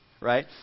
Right